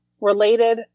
related